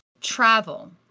travel